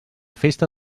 festa